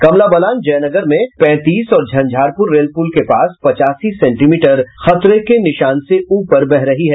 कमला बलान जयनगर में पैंतीस और झंझारपुर रेल पुल के पास पचासी सेंटीमीटर खतरे के निशान से ऊपर बह रही है